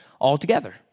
altogether